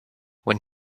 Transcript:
when